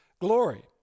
glory